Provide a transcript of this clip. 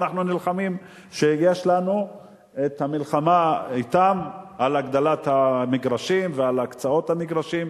ויש לנו אתם מלחמה על הגדלת מספר המגרשים ועל הקצאות מגרשים.